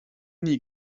nie